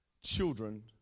children